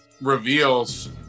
reveals